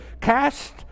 cast